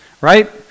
Right